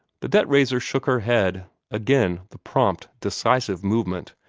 the debt-raiser shook her head again the prompt, decisive movement,